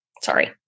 Sorry